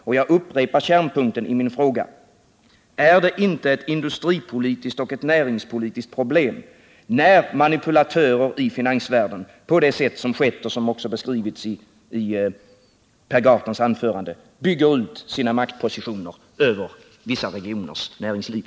Och jag upprepar kärnpunkten i min fråga: Är det inte ett industripolitiskt och näringspolitiskt problem när man genom manipulationer i finansvärlden på det sätt som skett och som också beskrivits i Per Gahrtons anförande bygger ut sina maktpositioner över vissa regioners näringsliv?